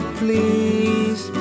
please